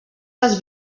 les